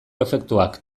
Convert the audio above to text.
efektuak